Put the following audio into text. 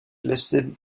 listed